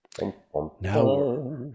Now